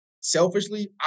selfishly